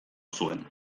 zuen